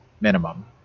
minimum